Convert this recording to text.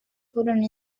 furono